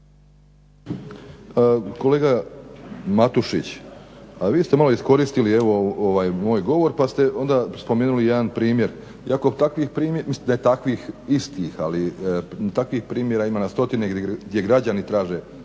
Kolega Matušić, a vi ste malo iskoristili ovaj moj govor pa ste onda spomenuli jedan primjer iako takvih primjera mislim ne takvih